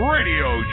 Radio